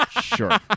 sure